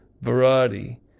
variety